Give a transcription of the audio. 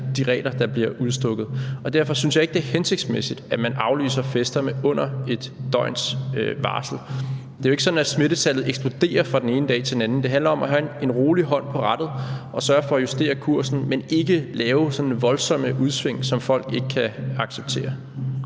de regler, der bliver udstukket. Derfor synes jeg ikke, det er hensigtsmæssigt, at man aflyser fester med under et døgns varsel. Det er jo ikke sådan, at smittetallet eksploderer fra den ene dag til den anden. Det handler om at have en rolig hånd på rattet og sørge for at justere kursen, men ikke lave sådan voldsomme udsving, som folk ikke kan acceptere.